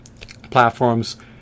platforms